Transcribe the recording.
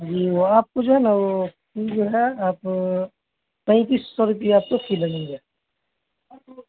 جی وہ آپ کو جو ہے نا وہ کل جو ہے نا آپ پینتیس سو روپیے آپ کو فی لگیں گے